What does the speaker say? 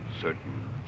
certain